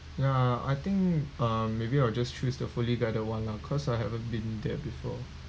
yeah I think uh maybe I will just choose the fully guided one lah cause I haven't been there before